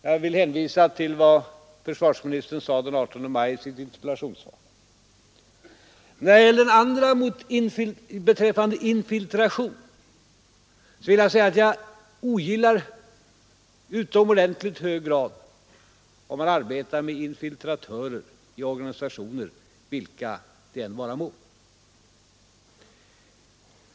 Jag vill hänvisa till vad försvarsministern sade i ett interpellationssvar den 18 maj. När det gäller andra spörsmålet, som avsåg infiltration, vill jag säga att jag i utomordentligt hög grad ogillar om man arbetar med infiltratörer i organisationer, vilka det än vara må.